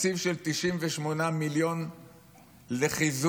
תקציב של 98 מיליון לחיזוק